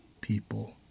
people